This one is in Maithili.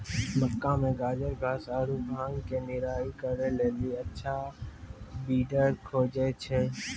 मक्का मे गाजरघास आरु भांग के निराई करे के लेली अच्छा वीडर खोजे छैय?